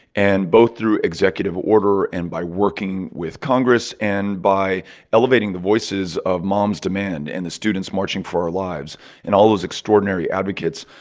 and both through executive order and by working with congress and by elevating the voices of moms demand and the students marching for our lives and all those extraordinary advocates,